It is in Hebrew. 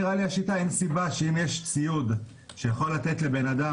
לא נראה לי שאם יש ציוד שיכול לתת לאדם